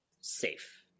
safe